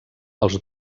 els